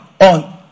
on